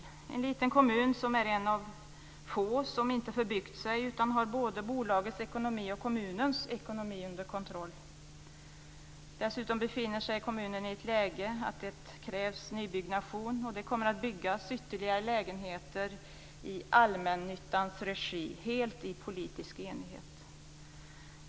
Det är en liten kommun som är en av få som inte har förbyggt sig, utan har både bolagets ekonomi och kommunens ekonomi under kontroll. Dessutom befinner sig kommunen i ett läge där det krävs nybyggnation, och det kommer att byggas ytterligare lägenheter i allmännyttans regi helt i politisk enighet.